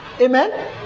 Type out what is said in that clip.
Amen